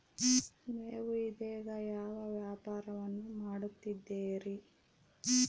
ನೇವು ಇದೇಗ ಯಾವ ವ್ಯಾಪಾರವನ್ನು ಮಾಡುತ್ತಿದ್ದೇರಿ?